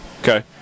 Okay